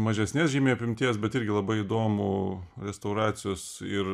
mažesnės žymiai apimties bet irgi labai įdomų restauracijos ir